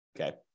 Okay